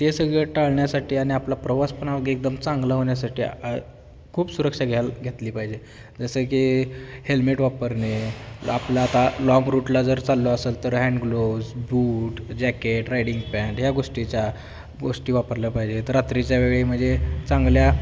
ते सगळं टाळण्यासाठी आणि आपला प्रवास पण एकदम चांगलं होण्यासाठी खूप सुरक्षा घ्यायला घेतली पाहिजे जसं की हेल्मेट वापरणे आपला आता लाँग रूटला जर चाल असेल तर hand gloves boot jacket riding pad या गोष्टीच्या गोष्टी वापरल्या पाहिजेत रात्रीच्या वेळी म्हणजे चांगल्या